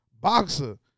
boxer